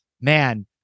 man